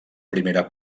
primera